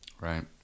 right